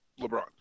LeBron